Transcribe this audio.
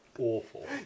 awful